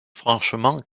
franchement